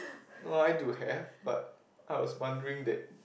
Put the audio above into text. no I do have but I was wondering that